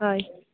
হয়